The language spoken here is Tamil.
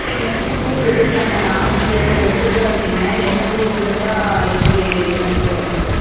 இல்லை எந்த க்ரூப் எடுக்கலாங்க நானூற்றி எண்பது எடுத்துருக்குறாப்டிங்க என்ன க்ரூப் எடுத்தால் எப்படி என்னென்னு கேட்குறேங்க